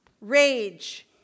rage